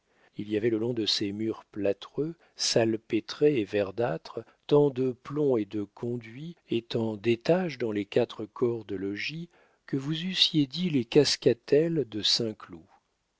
il y avait le long de ces murs plâtreux salpêtrés et verdâtres tant de plombs et de conduits et tant d'étages dans les quatre corps de logis que vous eussiez dit les cascatelles de